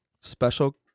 special –